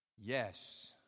Yes